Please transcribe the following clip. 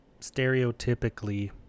stereotypically